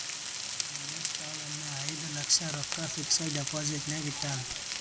ನಮ್ ದೋಸ್ತ ಒಮ್ಮೆ ಐಯ್ದ ಲಕ್ಷ ರೊಕ್ಕಾ ಫಿಕ್ಸಡ್ ಡೆಪೋಸಿಟ್ನಾಗ್ ಇಟ್ಟಾನ್